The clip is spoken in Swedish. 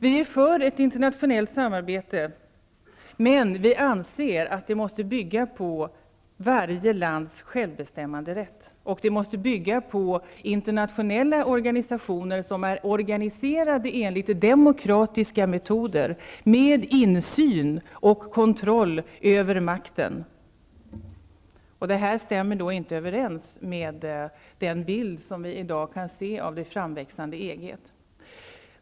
Vi är för ett internationellt samarbete, men vi anser att det måste bygga på varje lands självbestämmanderätt, och det måste bygga på internationella organisationer som är organiserade enligt demokratiska metoder, med insyn och kontroll över makten. Det här stämmer då inte överens med den bild som vi i dag kan se av det framväxande EG.